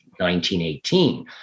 1918